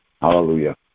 Hallelujah